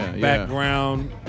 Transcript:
background